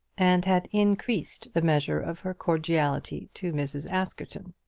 and had increased the measure of her cordiality to mrs. askerton.